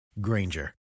Granger